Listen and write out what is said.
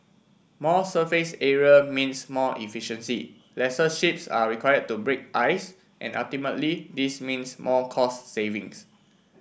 more surface area means more efficiency lesser ships are required to break ice and ultimately this means more cost savings